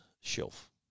shelf